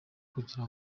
kugira